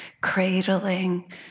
cradling